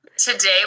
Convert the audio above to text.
Today